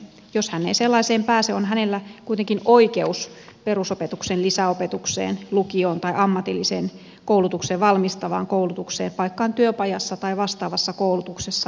jos hän ei sellaiseen pääse on hänellä kuitenkin oikeus perusopetuksen lisäopetukseen lukioon tai ammatilliseen koulutukseen valmistavaan koulutukseen tai paikkaan työpajassa tai vastaavassa koulutuksessa